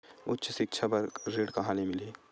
उच्च सिक्छा बर ऋण कहां ले मिलही?